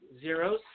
zeros